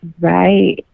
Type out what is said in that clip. Right